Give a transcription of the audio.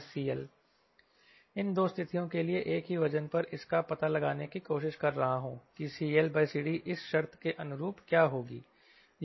L12V2SCL इन दो स्थितियों के लिए एक ही वजन पर इसका पता लगाने की कोशिश कर रहा हूं की CLCD इस शर्त के अनुरूप क्या होगी